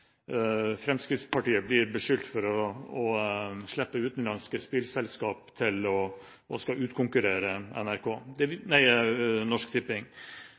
Fremskrittspartiet blir beskyldt for å slippe utenlandske spillselskap til for å utkonkurrere Norsk Tipping.